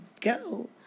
go